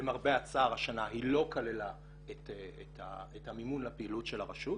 למרבה הצער השנה היא לא כללה את המימון לפעילות של הרשות.